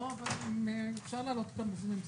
לא, אבל אפשר להעלות אותם בזום אם צריך.